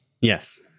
Yes